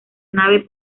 nave